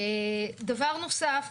דבר נוסף,